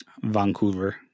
Vancouver